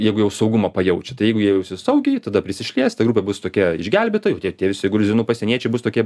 jeigu jau saugumą pajaučia tai jeigu jie jausis saugiai tada prisišlies ta grupė bus tokia išgelbėta jau tie tie visi gruzinų pasieniečiai bus tokie